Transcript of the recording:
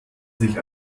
sich